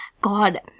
God